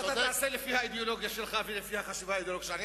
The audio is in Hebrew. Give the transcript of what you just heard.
אז אתה תעשה לפי האידיאולוגיה שלך ולפי החשיבה האידיאולוגית שלך.